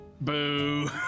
Boo